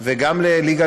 וגם בהצעת החוק של רזבוזוב,